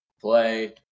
play